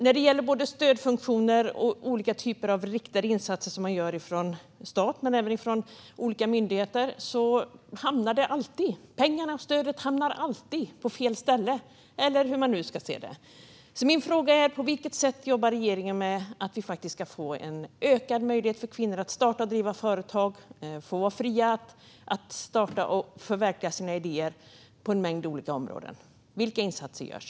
När det gäller stödfunktioner och olika typer av riktade insatser från staten och olika myndigheter hamnar pengarna och stödet alltid på fel ställe. På vilket sätt jobbar regeringen på att det ska skapas ökade möjligheter för kvinnor att starta och driva företag och att få vara fria att starta och förverkliga sina idéer på en mängd olika områden? Vilka insatser görs?